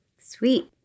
Sweet